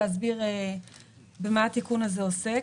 להסביר במה התיקון הזה עוסק.